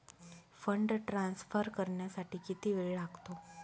Fund transfer करण्यासाठी किती वेळ लागतो?